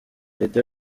leta